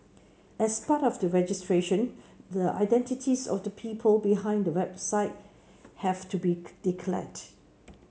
as part of the registration the identities of the people behind the website have to be declared